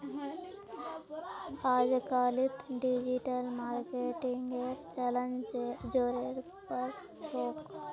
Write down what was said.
अजकालित डिजिटल मार्केटिंगेर चलन ज़ोरेर पर छोक